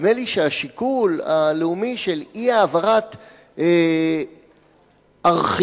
נדמה לי שהשיקול הלאומי של אי-העברת ארכיון